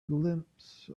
glimpse